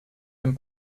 dem